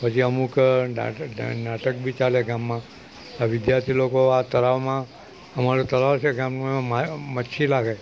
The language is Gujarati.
પછી અમુક નાટક બી ચાલે ગામમાં આ વિદ્યાર્થી લોકો આ તળાવમાં અમારું તળાવ છે ગામનું એમાં મચ્છી લાગે